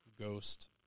ghost